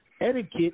etiquette